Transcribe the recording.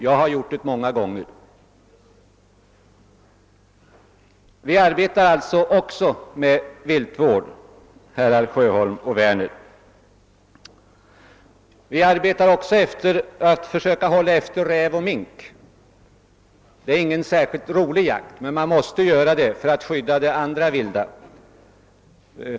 Jag har gjort det många gånger. Vi arbetar alltså också med viltvård, herrar Sjöholm och Werner. Vi försöker även hålla efter räv och mink. Det är ingen särskilt rolig jakt, men man måste utföra den för att skydda det andra vilda.